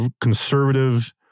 conservative